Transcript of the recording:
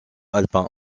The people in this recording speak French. alpin